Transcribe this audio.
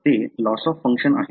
तर ते loss of function आहे